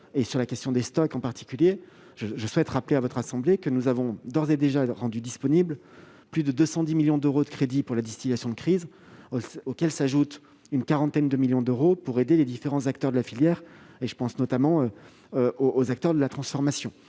et sur la question des stocks en particulier, je rappelle à votre assemblée que nous avons d'ores et déjà rendu disponibles plus de 210 millions d'euros de crédits pour la distillation de crise, auxquels s'ajoute une quarantaine de millions d'euros pour aider les différents acteurs de la filière. Je pense notamment à ceux de la transformation.